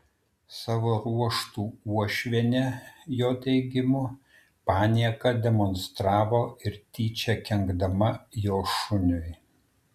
savo ruožtu uošvienė jo teigimu panieką demonstravo ir tyčia kenkdama jo šuniui